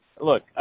look